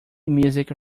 music